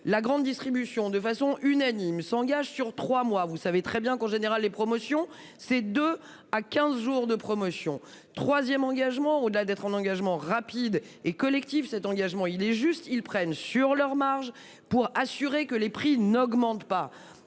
la grande distribution de façon unanime s'engage sur trois mois. Vous savez très bien qu'en général les promotions. Ces deux à 15 jours de promotion 3ème engagement au-delà d'être un engagement rapide et collective cet engagement il est juste. Ils prennent sur leurs marges pour assurer que les prix n'augmentent pas